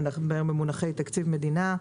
במונחי תקציב המדינה.